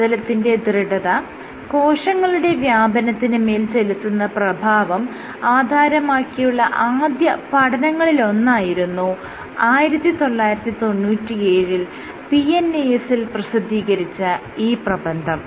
പ്രതലത്തിന്റെ ദൃഢത കോശങ്ങളുടെ വ്യാപനത്തിന് മേൽ ചെലുത്തുന്ന പ്രഭാവം ആധാരമാക്കിയുള്ള ആദ്യ പഠനങ്ങളിലൊന്നായിരുന്നു 1997 ൽ PNAS ൽ പ്രസിദ്ധീകരിച്ച ഈ പ്രബന്ധം